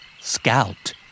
Scout